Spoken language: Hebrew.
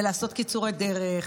לעשות קיצורי דרך,